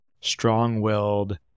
strong-willed